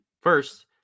First